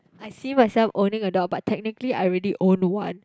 I see myself owning a dog but technically I already own one